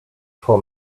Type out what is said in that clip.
for